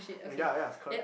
um ya ya it's called